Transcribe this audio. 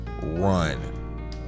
run